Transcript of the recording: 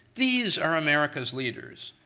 these are america's leaders.